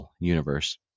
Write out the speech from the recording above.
universe